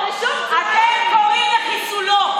אתם קוראים לחיסולו.